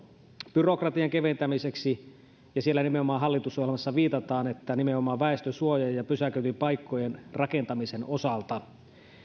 byrokratian keventämiseksi ja siellä hallitusohjelmassa nimenomaan viitataan että nimenomaan väestönsuojien ja pysäköintipaikkojen rakentamisen osalta